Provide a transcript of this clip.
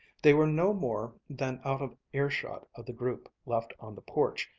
they were no more than out of earshot of the group left on the porch,